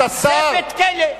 זה בית-כלא.